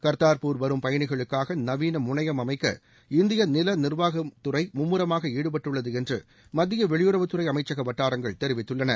கர்தா்பூர் வரும் பயணிகளுக்காக நவீன முனையம் அமைக்க இந்திய நில நிர்வாக துறை மும்மராக ஈடுப்பட்டுள்ளது என்று மத்திய வெளியுறவுத் துறை அமைச்சக வட்டாரங்கள் தெரிவித்துள்ளன